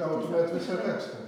gautumėt visą tekstą